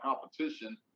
competition